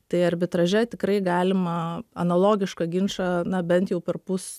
tai arbitraže tikrai galima analogišką ginčą na bent jau perpus